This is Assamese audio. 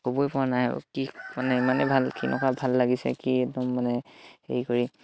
ক'বই পৰা নাই আৰু কি মানে ইমানেই ভাল সি নকৰা ভাল লাগিছে কি একদম মানে হেৰি কৰি